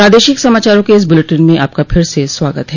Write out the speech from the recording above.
प्रादेशिक समाचारों के इस बुलेटिन में आपका फिर से स्वागत है